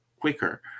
quicker